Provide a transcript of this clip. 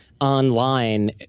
online